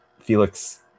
Felix